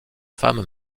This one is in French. femme